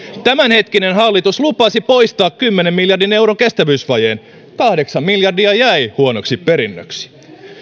tämänhetkinen hallitus lupasi poistaa kymmenen miljardin euron kestävyysvajeen kahdeksan miljardia jäi huonoksi perinnöksi